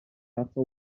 razza